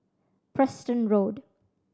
Preston Road